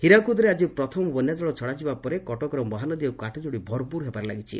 ହୀରାକୁଦରେ ଆଜି ପ୍ରଥମ ବନ୍ୟାଜଳ ଛଡ଼ାଯିବା ପରେ କଟକର ମହାନଦୀ ଓ କାଠଯୋଡ଼ି ଭରପୂର ହେବାରେ ଲାଗିଛି